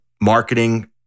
marketing